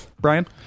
Brian